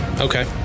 Okay